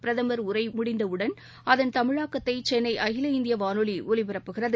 பிரதமர் உரை முடிந்தவுடன் அதன் தமிழாக்கத்தை சென்னை அகில இந்திய வானொலி ஒலிபரப்புகிறது